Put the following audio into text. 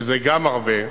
שזה גם הרבה,